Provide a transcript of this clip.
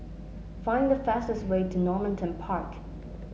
find the fastest way to Normanton Park